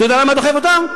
אתה יודע מה דוחף אותם?